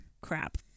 crap